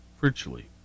virtually